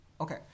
okay